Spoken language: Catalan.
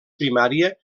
primària